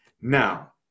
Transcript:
Now